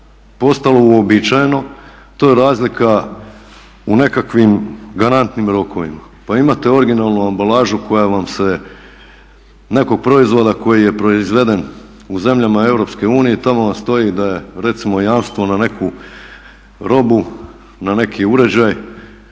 postalo uobičajeno to je razlika u nekakvim garantnim rokovima pa imate originalnu ambalažu koja vam se nekog proizvoda koji je proizveden u zemljama Europske unije, tamo vam stoji da je recimo jamstvo na neku robu, na neki uređaj